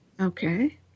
Okay